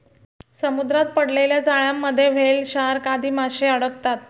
समुद्रात पडलेल्या जाळ्यांमध्ये व्हेल, शार्क आदी माशे अडकतात